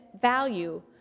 value